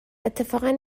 اتفاقا